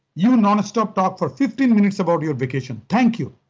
you and non-stop talk for fifteen minutes about your vacation. thank you.